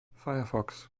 firefox